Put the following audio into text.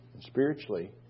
spiritually